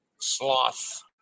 sloth